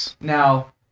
now